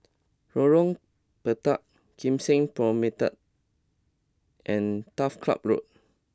Lorong Pendek Kim Seng Promenade and Turf Ciub Road